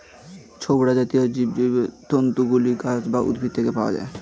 ছোবড়া জাতীয় জৈবতন্তু গুলি গাছ বা উদ্ভিদ থেকে পাওয়া যায়